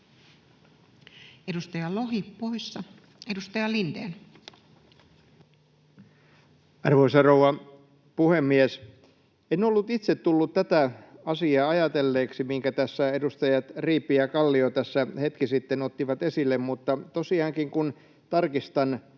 muuttamisesta Time: 18:39 Content: Arvoisa rouva puhemies! En ollut itse tullut ajatelleeksi tätä asiaa, minkä edustajat Riipi ja Kallio tässä hetki sitten ottivat esille, mutta tosiaankin, kun tarkistan